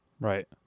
Right